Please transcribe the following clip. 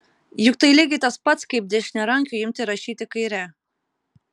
juk tai lygiai tas pats kaip dešiniarankiui imti rašyti kaire